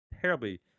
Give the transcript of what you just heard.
terribly